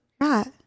Right